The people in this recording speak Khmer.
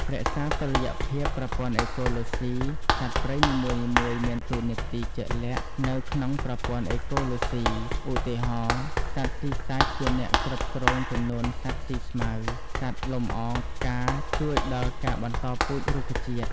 រក្សាតុល្យភាពប្រព័ន្ធអេកូឡូស៊ី សត្វព្រៃនីមួយៗមានតួនាទីជាក់លាក់នៅក្នុងប្រព័ន្ធអេកូឡូស៊ី (ឧទាហរណ៍ សត្វស៊ីសាច់ជាអ្នកគ្រប់គ្រងចំនួនសត្វស៊ីស្មៅ សត្វលំអងផ្កាជួយដល់ការបន្តពូជរុក្ខជាតិ)។